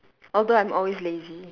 although I'm always lazy